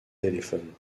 téléphone